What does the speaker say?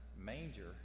manger